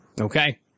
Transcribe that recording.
Okay